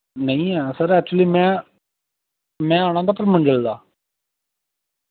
नेईं ऐ sir actually में में आना होंदा परमंडल दा